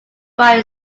buy